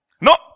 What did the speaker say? No